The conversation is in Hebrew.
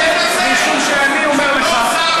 אני אומר לך,